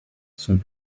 sont